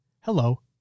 Hello